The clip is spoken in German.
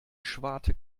schwarte